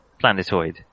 planetoid